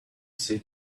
say